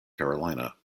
carolina